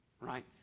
right